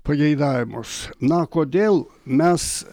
pageidavimus na kodėl mes